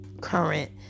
current